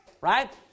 right